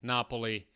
Napoli